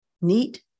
Neat